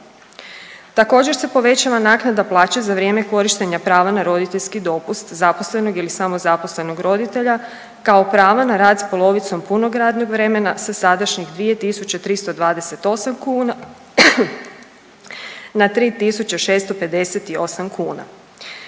Također se povećava naknada plaće za vrijeme korištenja prava na roditeljski dopust zaposlenog ili samozaposlenog roditelja kao prava na rad s polovicom punog radnog vremena sa sadašnjih 2.328 kuna na 3.658 kuna.